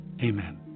Amen